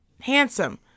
handsome